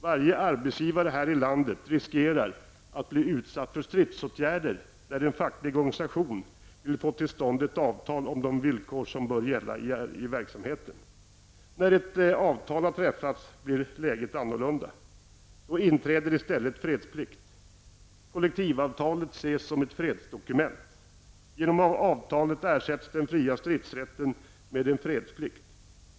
Varje arbetsgivare här i landet riskerar att bli utsatt för stridsåtgärder när en facklig organisation vill få till stånd ett avtal om de villkor som bör gälla i verksamheten. När ett avtal har träffats blir läget annorlunda. Då inträder i stället fredsplikt. Kollektivavtalet ses som ett fredsdokument. Genom avtalet ersätts den fria stridsrätten av en fredsplikt.